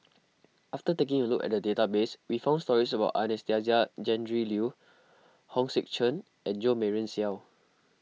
after taking a look at the database we found stories about Anastasia Tjendri Liew Hong Sek Chern and Jo Marion Seow